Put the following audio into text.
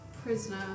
Prisoner